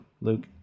Luke